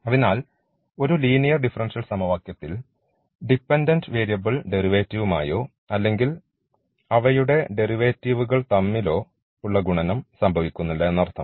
അതിനാൽ ഒരു linear differential സമവാക്യത്തിൽ ഡിപെൻഡൻറ് വേരിയബിൾ ഡെറിവേറ്റീവ്മായോ അല്ലെങ്കിൽ അവയുടെ ഡെറിവേറ്റീവ്കൾ തമ്മിലോ ഉള്ള ഗുണനം സംഭവിക്കുന്നില്ല എന്നർത്ഥം